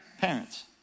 parents